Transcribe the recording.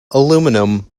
aluminium